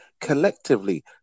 collectively